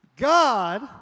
God